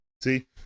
See